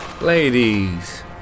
Ladies